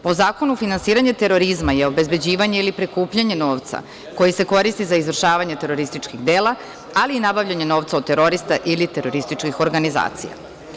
Po Zakonu o finansiranju terorizma je obezbeđivanje ili prikupljanje novca koji se koristi za izvršavanje terorističkih dela, ali i nabavljanje novca od terorista ili terorističkih organizacija.